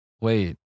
wait